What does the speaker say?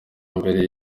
mbere